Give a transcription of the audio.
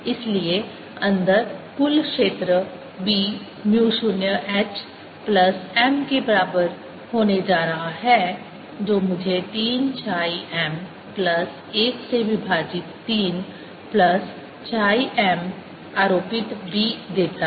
इसलिए अंदर कुल क्षेत्र b mu 0 h plus m के बराबर होने जा रहा है जो मुझे 3 chi m प्लस एक से विभाजित 3 प्लस chi m आरोपित b देता है